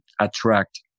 attract